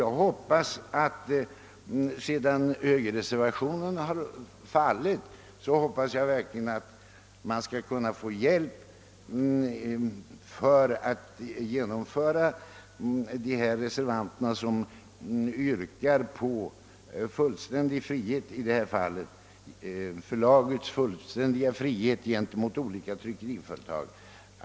Jag hoppas att vi, sedan högerreservationen har fallit, från olika håll skall kunna hjälpas åt att genomföra de reservationsförslag, som syftar till förlagets fullständiga frihet gentemot olika tryckeriföretag.